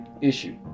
issue